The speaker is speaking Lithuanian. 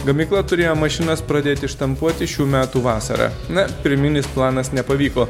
gamykla turėjo mašinas pradėti štampuoti šių metų vasarą na pirminis planas nepavyko